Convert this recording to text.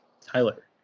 Tyler